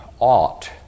ought